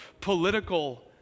political